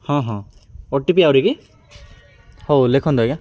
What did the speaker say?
ହଁ ହଁ O T P ଆହୁରି କି ହଉ ଲେଖନ୍ତୁ ଆଜ୍ଞା